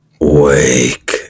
wake